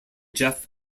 jeff